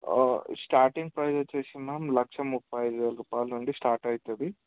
starting price వచ్చి ma'am lakh ముప్పై ఐదు వేల రూపయలు నుండి స్టార్ట్ అవుతుంది